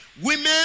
Women